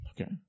Okay